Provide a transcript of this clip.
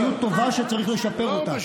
מציאות טובה שצריך לשפר אותה.